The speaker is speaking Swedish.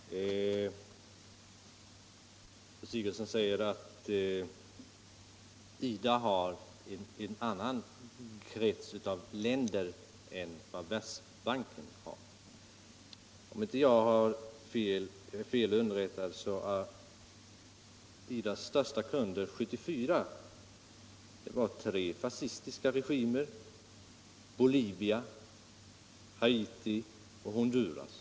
Herr talman! Fru Sigurdsen säger att IDA riktar sig till en annan krets av länder än vad Världsbanken gör. Om jag inte är fel underrättad var IDA:s största kunder år 1974 tre fascistiska regimer, nämligen Bolivia, Haiti och Honduras.